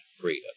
freedom